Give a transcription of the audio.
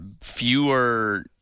Fewer